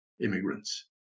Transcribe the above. immigrants